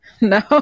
No